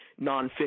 nonfiction